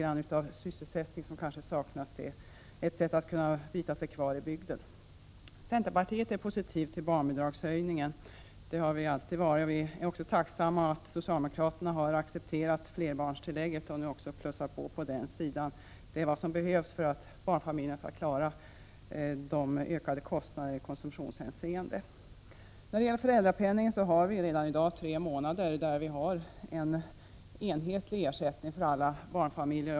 Det är ett sätt att bita sig kvar i bygden när arbetstillfällen saknas. Centerpartiet är positivt till barnbidragshöjningen. Det har vi alltid varit. Vi är också tacksamma över att socialdemokraterna har accepterat flerbarnstillägget och plussar på det. Det är vad som behövs för att barnfamiljerna skall klara ökade kostnader i konsumtionshänseende. När det gäller föräldrapenningen är ersättningen redan i dag enhetlig i tre månader för alla barnfamiljer.